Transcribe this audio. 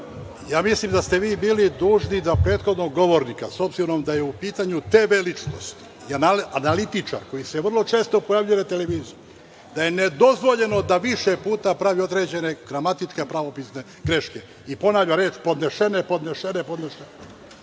Ja mislim da ste vi bili dužni da prethodnog govornika, s obzirom da je u pitanju TV ličnost, analitičar koji se vrlo često pojavljuje na televiziji, da je nedozvoljeno da više puta pravi gramatičke pravopisne greške, i ponavlja reč – podnešene, podnešene, podnešene. To